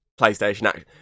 PlayStation